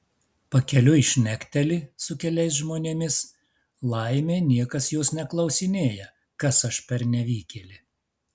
pakeliui šnekteli su keliais žmonėmis laimė niekas jos neklausinėja kas aš per nevykėlė